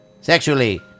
Sexually